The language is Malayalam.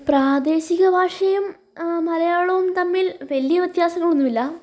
പ്രാദേശിക ഭാഷയും മലയാളവും തമ്മിൽ വലിയ വ്യത്യാസങ്ങളൊന്നുമില്ല